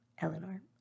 Eleanor